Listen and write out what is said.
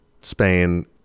Spain